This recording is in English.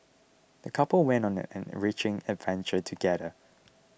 the couple went on an enriching adventure together